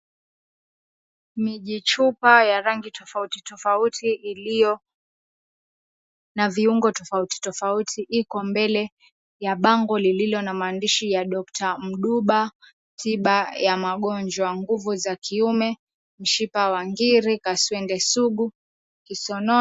Mijichupa ya rangi tofauti tofauti iliyo na viungo tofauti tofauti iko mbele ya bango lililo na maandishi ya Doctor Mduba Tiba Ya Magonjwa, nguvu za kiume, Mshipa Wa Ngiri, Kaswende Sugu, Kisonono.